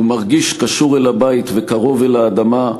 // ומרגיש קשור אל הבית / וקרוב אל האדמה /